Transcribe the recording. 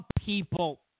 people